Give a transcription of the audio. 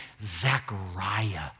Zechariah